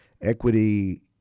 equity